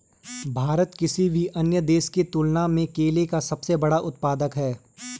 भारत किसी भी अन्य देश की तुलना में केले का सबसे बड़ा उत्पादक है